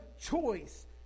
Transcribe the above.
choice